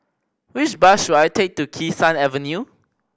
which bus should I take to Kee Sun Avenue